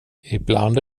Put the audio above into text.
ibland